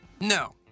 No